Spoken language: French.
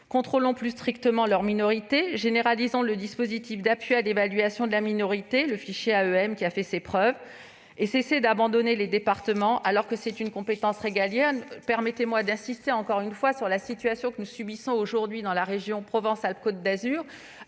Contrôlons plus strictement leur minorité ; généralisons le dispositif d'appui à l'évaluation de la minorité, le fichier AEM, qui a fait ses preuves. Et cessez d'abandonner les départements : il s'agit d'une compétence régalienne ! Permettez-moi d'insister une nouvelle fois sur la situation que nous subissons aujourd'hui dans la région Provence-Alpes-Côte d'Azur